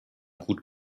gut